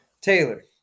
Taylor